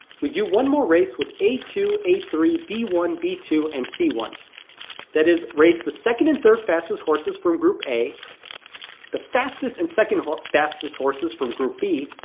we do one more race with a two, a three, b one, b two, and c one that is race the second and third fastest horses from group a the fastest and second fastest horses from group b.